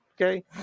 Okay